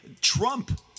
Trump